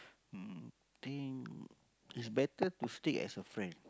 mm think it's better to stay as a friend